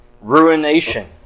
Ruination